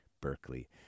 Berkeley